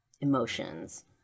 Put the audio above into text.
emotions